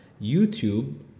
YouTube